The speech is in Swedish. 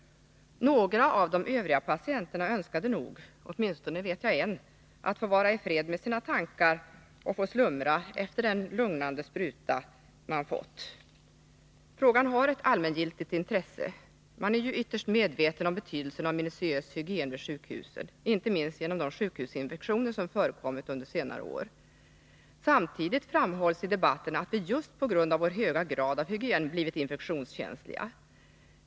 Några av de övriga patienterna önskade nog — åtminstone vet jag en — att få vara i fred med sina tankar och få slumra efter den lugnande sprutan. Frågan har ett allmängiltigt intresse. Man är ytterst medveten om betydelsen av en minutiös hygien vid sjukhusen, inte minst på grund av de sjukhusinfektioner som förekommit på senare år. Samtidigt framhålls i debatten att vi just på grund av vår höga grad av hygien blivit infektionskänsliga.